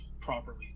properly